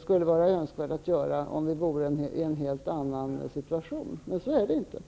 skulle vara önskvärt om vi befann oss i en helt annan situation. Men så är det inte.